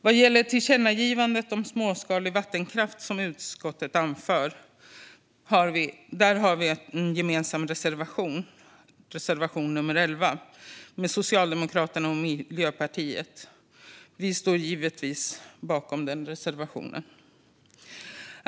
Vad gäller tillkännagivandet om småskalig vattenkraft, som utskottet anför, har vi en gemensam reservation, reservation nr 11, med Socialdemokraterna och Miljöpartiet. Vi står givetvis bakom reservationen.